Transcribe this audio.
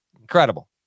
Incredible